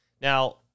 Now